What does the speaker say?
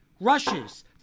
Rushes